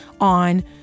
on